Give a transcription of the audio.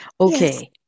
Okay